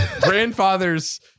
grandfather's